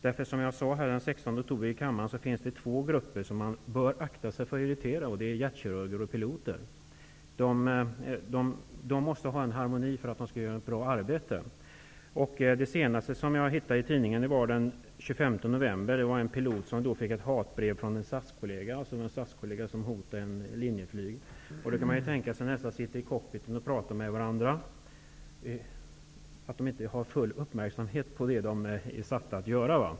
Det finns, som jag sade den 16 oktober här i kammaren, två grupper som man bör akta sig för att irritera, och det är hjärtkirurger och piloter. De måste ha harmoni för att de skall göra ett bra arbete. Det senaste jag sett i tidningen om detta är från den 25 november. Det var en pilot som fick ett hatbrev från en SAS-kollega, dvs. en SAS-pilot som hotade en pilot från Linjeflyg. Om dessa sitter i en cockpit och talar med varandra, kan man tänka sig att de inte har full uppmärksamhet på det arbete de är satta att göra.